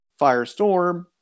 Firestorm